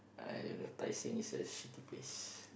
I don't know Tai-Seng is a shitty place